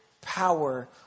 power